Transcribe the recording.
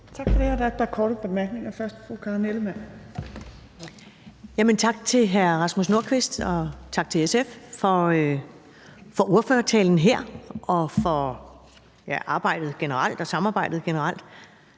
Tak for det. Der er et par korte bemærkninger. Først er det fru Karen Ellemann. Kl. 15:27 Karen Ellemann (V): Tak til hr. Rasmus Nordqvist, og tak til SF for ordførertalen her og for arbejdet generelt og samarbejdet generelt.